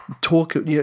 talk